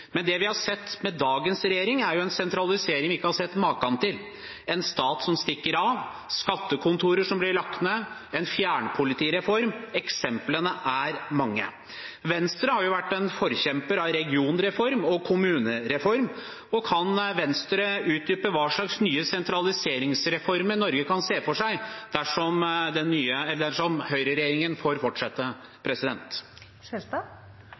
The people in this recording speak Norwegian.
Men det vi har sett med dagens regjering, er jo en sentralisering vi ikke har sett maken til: en stat som stikker av, skattekontorer som blir lagt ned, en fjernpolitireform – eksemplene er mange. Venstre har vært en forkjemper for regionreform og kommunereform. Kan Venstre utdype hva slags nye sentraliseringsreformer Norge kan se for seg, dersom høyreregjeringen får fortsette?